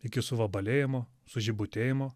iki suvabalėjimo sužibutėjimo